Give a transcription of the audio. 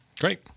Great